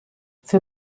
für